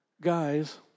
guys